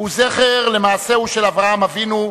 הוא זכר למעשהו של אברהם אבינו,